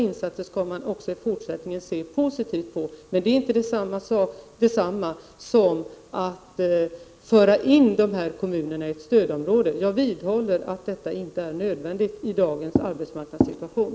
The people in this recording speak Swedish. Men det är inte detsamma som att föra in dessa kommuner i ett stödområde. Jag vidhåller att detta inte är nödvändigt i dagens arbetsmarknadssituation.